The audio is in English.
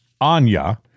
Anya